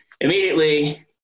immediately